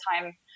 time